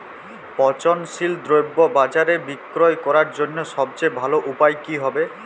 পচনশীল দ্রব্য বাজারে বিক্রয় করার জন্য সবচেয়ে ভালো উপায় কি হবে?